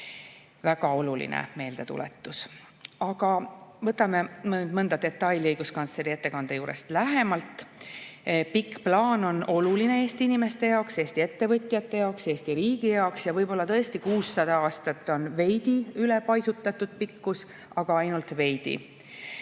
Väga oluline meeldetuletus. Aga vaatame mõnda detaili õiguskantsleri ettekande juures lähemalt. Pikk plaan on oluline Eesti inimeste jaoks, Eesti ettevõtjate jaoks, Eesti riigi jaoks. Võib-olla tõesti 600 aastat on veidi ülepaisutatud pikkus, aga ainult veidi.